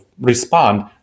respond